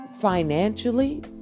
financially